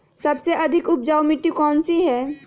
सबसे अधिक उपजाऊ मिट्टी कौन सी हैं?